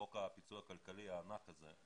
חוק הפיצוי הכלכלי הענק הזה,